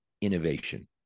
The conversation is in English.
innovation